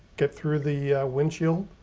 get through the windshield.